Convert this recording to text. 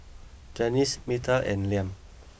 Janyce Myrta and Liam